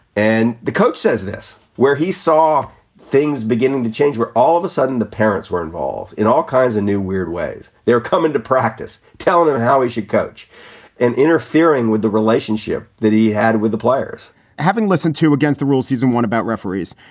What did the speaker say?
and the coach says this, where he saw things beginning to change, where all of a sudden the parents were involved in all kinds of new, weird ways. they're come into practice telling him how he should coach and interfering with the relationship that he had with the players having listened to against the rules he's not and one about referees.